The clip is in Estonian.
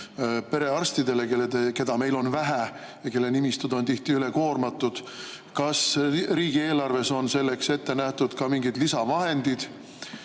perearstidele, keda meil on vähe ja kelle nimistud on tihti üle koormatud. Kas riigieelarves on selleks ette nähtud mingid lisavahendid